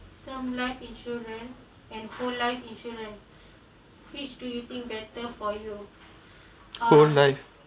whole life